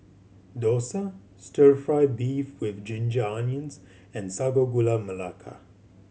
dosa Stir Fry beef with ginger onions and Sago Gula Melaka